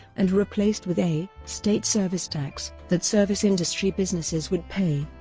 and replaced with a state service tax that service-industry businesses would pay.